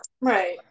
Right